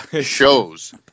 shows